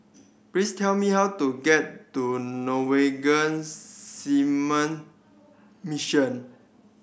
please tell me how to get to Norwegian Seamen Mission